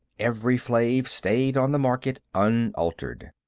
evri-flave stayed on the market unaltered.